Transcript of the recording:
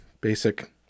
basic